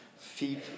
Feet